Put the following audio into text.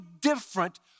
different